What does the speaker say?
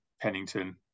Pennington